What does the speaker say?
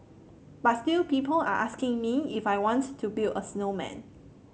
but still people are asking me if I want to build a snowman